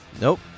Nope